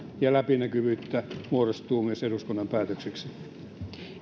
ja läpinäkyvyyttä muodostuu myös eduskunnan päätökseksi